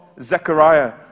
Zechariah